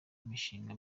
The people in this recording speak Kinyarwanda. mishinga